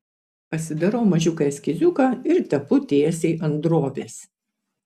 pasidarau mažiuką eskiziuką ir tepu tiesiai ant drobės